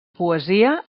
poesia